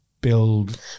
build